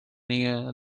near